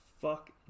fuck